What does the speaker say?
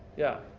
yeah?